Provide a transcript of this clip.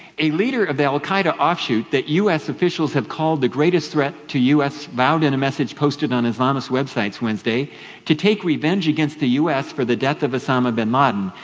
a leader of the al qaeda offshoot that u s. officials have called the greatest threat to u s. vowed in a message posted on islamist websites wednesday to take revenge against the u s. for the death of osama bin laden,